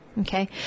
okay